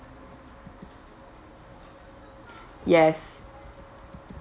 yes